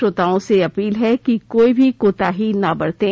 श्रोताओं से अपील है कि कोई भी कोताही ना बरतें